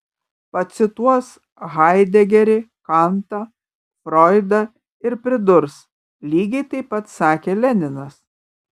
pacituos haidegerį kantą froidą ir pridurs lygiai taip pat sakė leninas